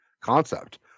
concept